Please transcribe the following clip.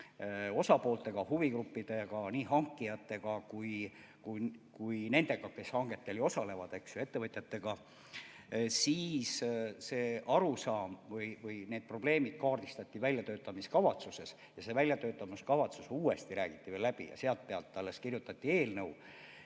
osapooltega, huvigruppidega, nii hankijatega kui ka nendega, kes hangetel osalevad, ettevõtjatega. Siis see arusaam või need probleemid kaardistati väljatöötamiskavatsuses ja see väljatöötamiskavatsus räägiti uuesti läbi ning selle põhjal alles kirjutati eelnõu.